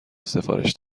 سفارش